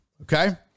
okay